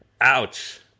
ouch